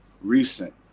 recent